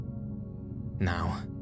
Now